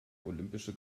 olympische